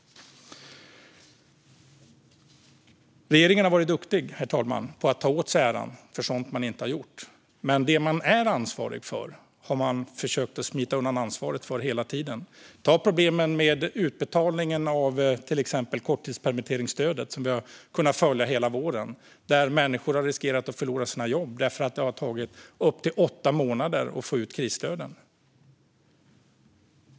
Regeringen har varit duktig på att ta åt sig äran för sådant man inte har gjort. Men det man är ansvarig för har man hela tiden försökt smita undan ansvaret för. Vi har hela våren kunnat följa till exempel problemen med utbetalningarna av korttidspermitteringsstödet. Människor har riskerat att förlora sina jobb eftersom det har tagit upp till åtta månader att få ut krisstöden.